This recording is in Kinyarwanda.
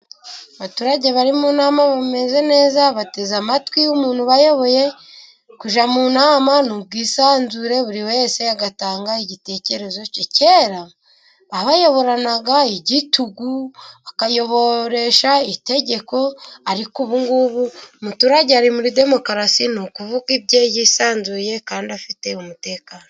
Abaturage bari mu nama bameze neza, bateze amatwi umuntu ubayoboye, kujya mu nama ni ubwisanzure buri wese agatanga igitekerezo cye. Kera bayoboranaga igitugu bakayoboresha itegeko, ariko ubu ngubu umuturage ari muri demokarasi, ni ukuvuga ibye yisanzuye kandi afite umutekano.